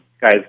guys